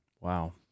Wow